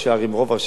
רוב ראשי הערים,